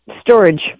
storage